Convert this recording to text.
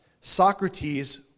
Socrates